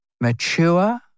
mature